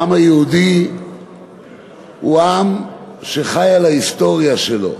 העם היהודי הוא עם שחי על ההיסטוריה שלו.